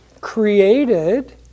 created